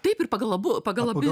taip ir pagal abu pagal abi